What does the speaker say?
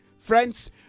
Friends